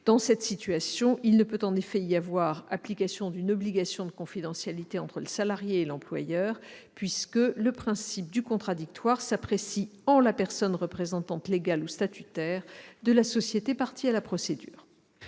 Dans cette situation, il ne peut en effet y avoir application d'une obligation de confidentialité entre le salarié et l'employeur puisque le principe du contradictoire s'apprécie en la personne représentante légale ou statutaire de la société partie à la procédure.